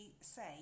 say